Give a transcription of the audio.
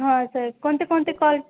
हो सर कोणते कोणते कॉल